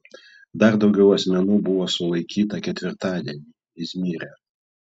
dar daugiau asmenų buvo sulaikyta ketvirtadienį izmyre